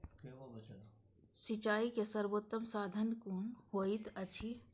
सिंचाई के सर्वोत्तम साधन कुन होएत अछि?